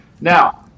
Now